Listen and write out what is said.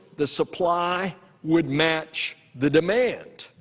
the supply would match the demand.